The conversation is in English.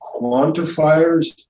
quantifiers